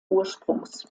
ursprungs